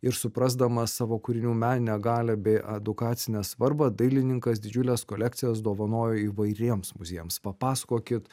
ir suprasdamas savo kūrinių meninę galią bei edukacinę svarbą dailininkas didžiules kolekcijas dovanojo įvairiems muziejams papasakokit